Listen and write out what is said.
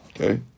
Okay